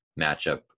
matchup